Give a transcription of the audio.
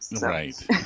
Right